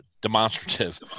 demonstrative